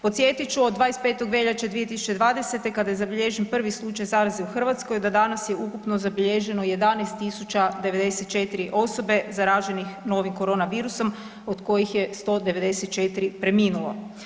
Podsjetit ću, od 25. veljače 2020. kada je zabilježen prvi slučaj zaraze u Hrvatskoj, do danas je ukupno zabilježeno 11 094 osobe zaraženih novim korona virusom od kojih je 194 preminulo.